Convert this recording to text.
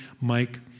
Mike